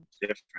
different